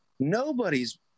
nobody's